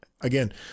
again